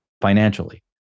financially